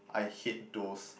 I hate those